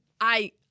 I-